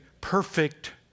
perfect